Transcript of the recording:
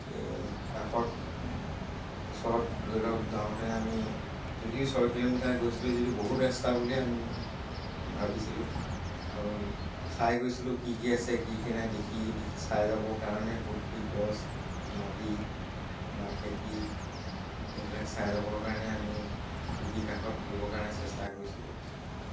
এই কাষত ওচৰত ধৰি লওক যাওঁতেনে আমি যদিও ছয় কিলোমিটাৰ গৈছিলোঁ যদিও বহুত ৰাস্তা বুলিয়েই আমি ভাবিছিলোঁ আৰু চাই গৈছিলোঁ কি কি আছে কি কি নাই দেখি দেখি চাই যাবৰ কাৰণে ক'ত কি গছ নদী বা খেতি এইবিলাক চাই যাবৰ কাৰণে আমি খিড়িকী কাষত বহিবৰ কাৰণে চেষ্টা কৰিছিলোঁ